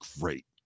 great